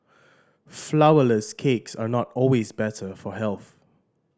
flourless cakes are not always better for health